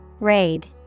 Raid